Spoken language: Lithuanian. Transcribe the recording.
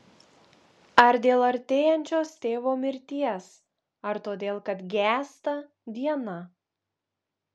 ar dėl artėjančios tėvo mirties ar todėl kad gęsta diena